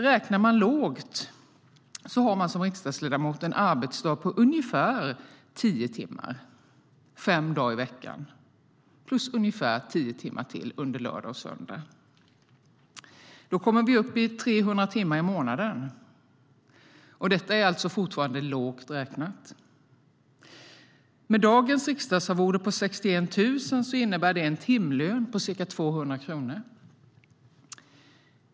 Räknar man lågt har man som riksdagsledamot en arbetsdag på ungefär tio timmar fem dagar i veckan och ungefär tio timmar till under lördag och söndag. Då kommer vi upp i 300 timmar i månaden. Detta är alltså fortfarande lågt räknat. Med dagens riksdagsarvode på 61 000 innebär det en timlön på ca 200 kronor.